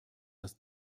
das